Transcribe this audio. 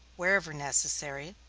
wherever necessary,